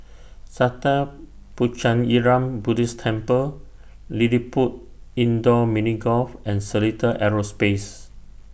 Sattha Puchaniyaram Buddhist Temple LilliPutt Indoor Mini Golf and Seletar Aerospace